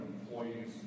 employees